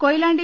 Koyilandy